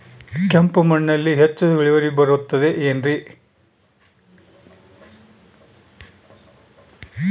ಕೆಂಪು ಮಣ್ಣಲ್ಲಿ ಹೆಚ್ಚು ಇಳುವರಿ ಬರುತ್ತದೆ ಏನ್ರಿ?